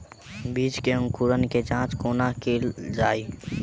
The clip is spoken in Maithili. बीज केँ अंकुरण केँ जाँच कोना केल जाइ?